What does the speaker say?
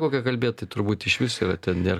kokią kalbėt tai turbūt išvis yra ten nėr